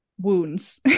wounds